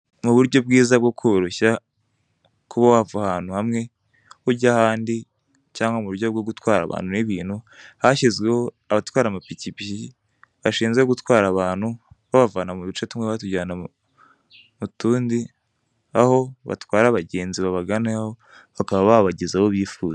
Mu buryo bwiza bwo koroshya kuba wava ahantu hamwe ujya ahandi cyangwa mu kujya gutwara ibintu n'abantu hashyizweho abatwara ampikipiki bashinzwe gutwara abantu babavana mu duce tumwe babajyana mu tundi aho batwara abagenzi babaganaho bakaba babageza aho bifuza.